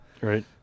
Right